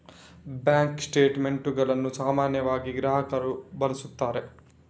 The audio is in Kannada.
ಬ್ಯಾಂಕ್ ಸ್ಟೇಟ್ ಮೆಂಟುಗಳನ್ನು ಸಾಮಾನ್ಯವಾಗಿ ಗ್ರಾಹಕರು ಬಳಸುತ್ತಾರೆ